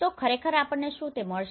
તો ખરેખર આપણને શું મળશે